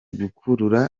gukurura